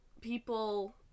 people